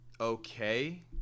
okay